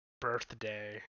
birthday